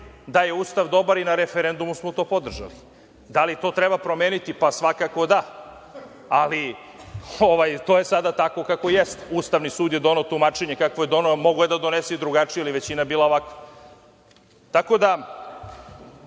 da je Ustav dobar i na referendumu smo to podržali. Da li to treba promeniti? Svakako da da, ali to je sada tako kako jeste. Ustavni sud je doneo tumačenje kakvo je doneo. Mogao je da donese i drugačije, ali je većina bila ovakva. Tako da,